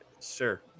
Sure